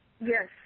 yes